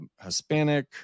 Hispanic